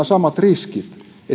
samat riskit